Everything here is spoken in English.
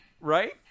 right